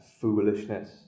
foolishness